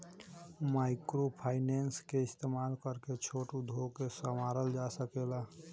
microfinance के इस्तमाल करके छोट उद्योग के सवारल जा सकेला